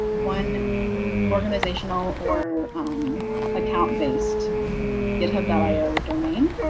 one organizational or account based github io domain.